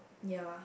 ya